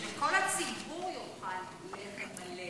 שכל הציבור יאכל לחם מלא.